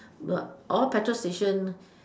all petrol station